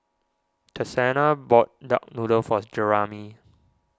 Texanna bought Duck Noodle for Jeramie